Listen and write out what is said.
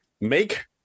make